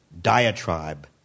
diatribe